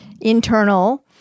internal